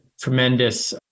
tremendous